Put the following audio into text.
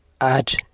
add